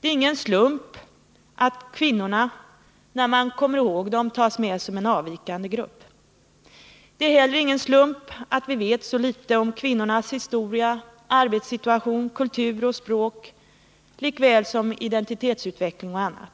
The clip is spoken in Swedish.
Det är ingen slump att kvinnorna, när man kommer ihåg dem, tas med som en avvikande grupp. Det är heller ingen slump att vi vet så litet om kvinnornas historia, arbetssituation, kultur och språk liksom om deras identitetsutveckling och annat.